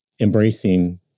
embracing